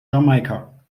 jamaika